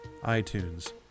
iTunes